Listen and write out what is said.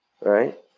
Right